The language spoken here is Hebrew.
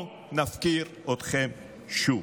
לא נפקיר אתכם שוב.